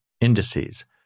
indices